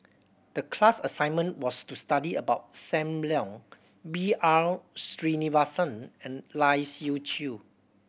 the class assignment was to study about Sam Leong B R Sreenivasan and Lai Siu Chiu